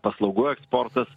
paslaugų eksportas